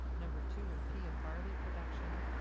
number two in pea and barley production,